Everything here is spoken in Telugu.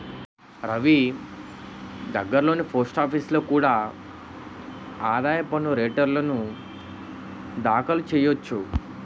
రవీ దగ్గర్లోని పోస్టాఫీసులో కూడా ఆదాయ పన్ను రేటర్న్లు దాఖలు చెయ్యొచ్చు